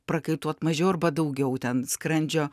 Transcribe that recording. prakaituot mažiau arba daugiau ten skrandžio